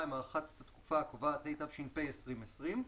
(הארכת התקופה הקובעת), התש"ף - 2020 ,